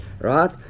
Right